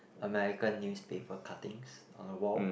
American newspaper cuttings on the wall